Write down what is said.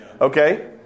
okay